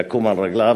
יקום על רגליו.